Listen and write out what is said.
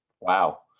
Wow